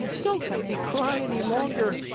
don't make me cry any longer!